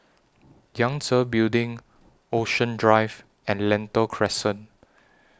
Yangtze Building Ocean Drive and Lentor Crescent